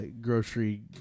grocery